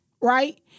right